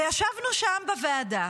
וישבנו שם בוועדה,